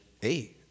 hey